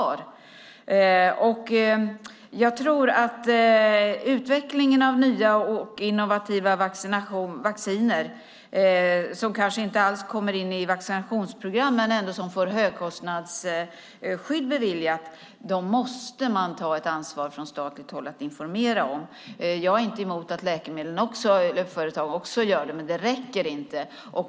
Jag tror att man från statligt håll måste ta ett ansvar för att informera om utvecklingen av nya och innovativa vacciner, som kanske inte alls kommer in i vaccinationsprogrammen men för vilka högkostnadsskydd beviljas. Jag är inte emot att också läkemedelsföretagen informerar, men det räcker inte.